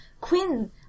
Quinn